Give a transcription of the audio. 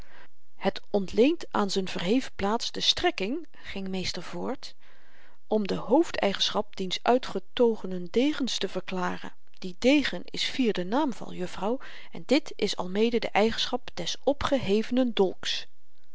het onleent aan z'n verheven plaats de strekking ging meester voort om de hoofdeigenschap diens uitgetogenen degens te verklaren die degen is vierde naamval juffrouw en dit is almede de eigenschap des opgehevenen dolks